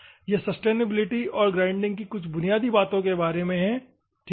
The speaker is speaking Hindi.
यह सस्टेनेबिलिटी और ग्राइंडिंग की कुछ बुनियादी बातों के बारे में है ठीक है